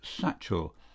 satchel